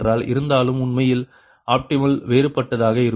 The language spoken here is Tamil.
இருந்தாலும் உண்மையில் ஆப்டிமல் வேறுபட்டதாக இருக்கும்